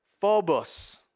phobos